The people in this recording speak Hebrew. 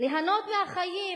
ליהנות מהחיים,